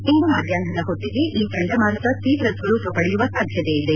ಇಂದು ಮಧ್ಯಾಷ್ನದ ಹೊತ್ತಿಗೆ ಈ ಚಂಡಮಾರುತ ತೀವ್ರ ಸ್ವರೂಪ ಪಡೆಯುವ ಸಾಧ್ಯತೆಯಿದೆ